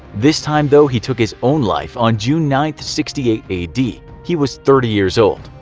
this time though he took his own life on june ninth, sixty eight a d. he was thirty years old.